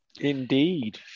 Indeed